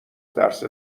ترس